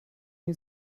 new